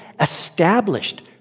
established